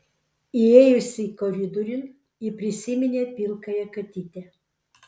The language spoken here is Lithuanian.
įėjusi koridoriun ji prisiminė pilkąją katytę